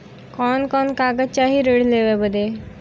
कवन कवन कागज चाही ऋण लेवे बदे?